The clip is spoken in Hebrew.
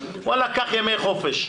קח ימי חופש.